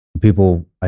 people